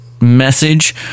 message